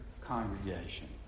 congregation